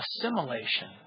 assimilation